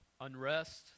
unrest